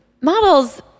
models